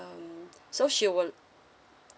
um so she would